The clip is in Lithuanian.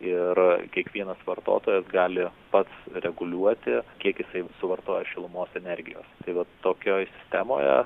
ir kiekvienas vartotojas gali pats reguliuoti kiek jisai suvartoja šilumos energijos tai vat tokioj sistemoje